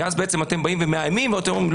כי אז בעצם אתם באים ומאיימים ואתם אומרים,